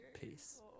peace